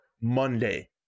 Monday